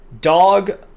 dog